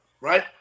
right